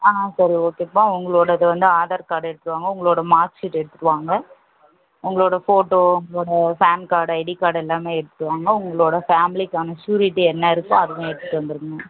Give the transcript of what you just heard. ஆ சரி ஓகேப்பா உங்களோடது வந்து ஆதார் கார்டு எடுத்துகிட்டு வாங்க உங்களோட மார்க் ஷீட்டு எடுத்துகிட்டு வாங்க உங்களோட ஃபோட்டோ உங்களோட பான் கார்ட் ஐடி கார்ட் எல்லாமே எடுத்துகிட்டு வாங்க உங்களோட ஃபேமிலிக்கான ஷ்யூரிட்டி என்ன இருக்கோ அதையும் எடுத்துகிட்டு வந்துருங்க